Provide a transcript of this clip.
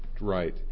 right